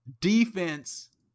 defense